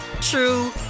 true